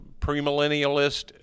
premillennialist